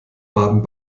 baden